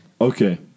okay